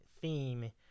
theme